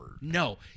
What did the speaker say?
No